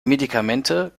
medikamente